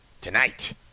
tonight